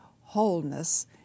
wholeness